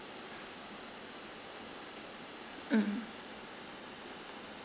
mm